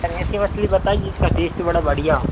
sir ऐसी मछली बताइए जिसका टेस्ट बड़ा बढ़िया हो